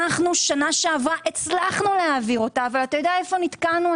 אנחנו שנה שעברה הצלחנו להעבירה ואתה יודע איפה נתקענו,